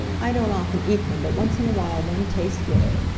i don't often eat them, but once in a while one tastes good.